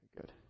Good